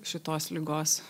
šitos ligos